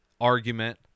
argument